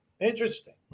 Interesting